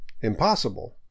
impossible